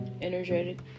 Energetic